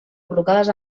col·locades